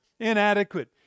Inadequate